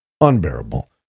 Unbearable